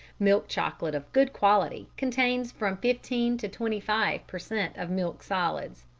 milk chocolate of good quality contains from fifteen to twenty five per cent. of milk solids.